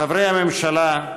חברי הממשלה,